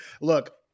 look